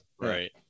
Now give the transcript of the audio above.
Right